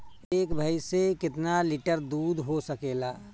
एक भइस से कितना लिटर दूध हो सकेला?